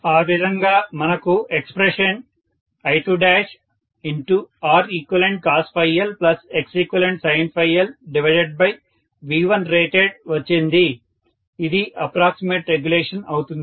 ఆ విధంగా మనకు ఎక్స్ప్రెషన్ I2ReqcosLXeqsinLV1rated వచ్చింది ఇది అప్రాక్సిమేట్ రెగ్యులేషన్ అవుతుంది